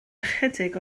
ychydig